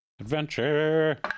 Adventure